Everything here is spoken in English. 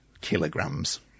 kilograms